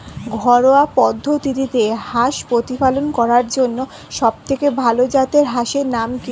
ঘরোয়া পদ্ধতিতে হাঁস প্রতিপালন করার জন্য সবথেকে ভাল জাতের হাঁসের নাম কি?